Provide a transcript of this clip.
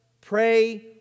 pray